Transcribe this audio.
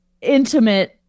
intimate